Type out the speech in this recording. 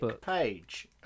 page